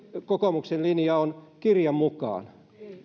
kokoomuksen linja on kirjan mukaan